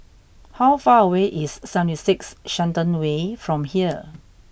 how far away is seventy six Shenton Way from here